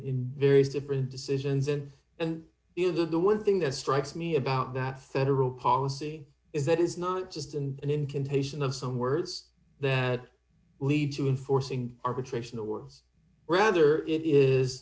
in various different decisions and and either the one thing that strikes me about that federal policy is that is not just and in contagion of some words that lead to enforcing arbitration awards rather i